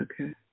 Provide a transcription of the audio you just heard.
Okay